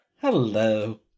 hello